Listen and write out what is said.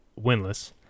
winless